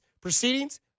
proceedings